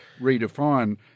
redefine